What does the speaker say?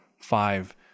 five